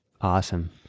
awesome